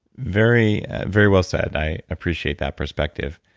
very very well said. i appreciate that perspective.